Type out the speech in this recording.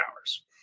hours